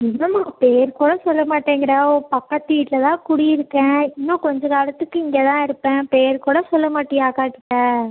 எங்கம்மா உன் பேர் கூட சொல்லமாட்டேங்கிற உன் பக்கத்து வீட்டில் தான் குடியிருக்கேன் இன்னும் கொஞ்ச காலத்துக்கு இங்க தான் இருப்பேன் பேர் கூட சொல்ல மாட்டியா அக்காக்கிட்ட